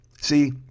See